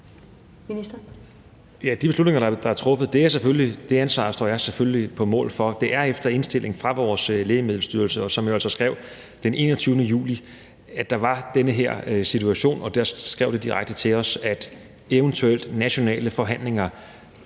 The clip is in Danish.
de beslutninger, der er truffet, står jeg selvfølgelig på mål for. Det er efter indstilling fra vores Lægemiddelstyrelse, som jo altså skrev den 21. juli, at der var den her situation. Der skrev de direkte til os, at eventuelt nationale forhandlinger